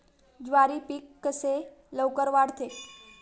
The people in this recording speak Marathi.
ज्वारी पीक कसे लवकर वाढते?